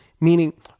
Meaning